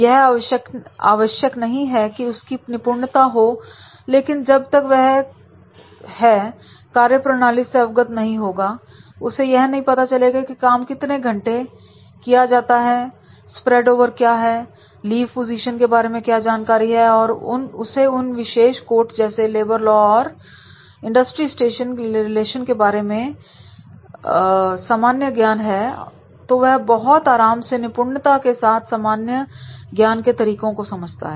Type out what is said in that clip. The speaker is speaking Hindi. यह आवश्यक नहीं है कि उसकी निपुणता हो लेकिन जब तक वह है कार्यप्रणाली से अवगत नहीं होगा उसे यह नहीं पता होगा कि काम कितने घंटे किया जाता है स्प्रेड ओवर क्या है लीव पोजीशंस के बारे में क्या जानकारी है और उसे इन विशेष कोर्ट जैसे लेबर लॉ और इंडस्ट्री स्टेशन के बारे में सामान्य ज्ञान है तो वह बहुत आराम से निपुणता के साथ सामान्य ज्ञान के तरीकों को समझता है